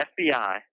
FBI